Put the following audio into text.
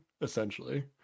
essentially